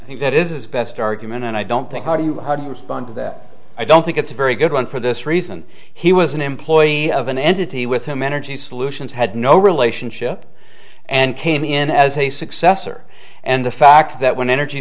i think that is best argument and i don't think how do you how do you respond to that i don't think it's a very good one for this reason he was an employee of an entity with him energy solutions had no relationship and came in as a successor and the fact that when energy